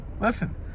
Listen